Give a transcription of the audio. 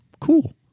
Cool